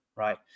Right